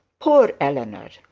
poor eleanor!